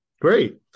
great